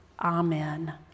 Amen